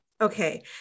okay